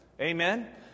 Amen